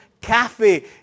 cafe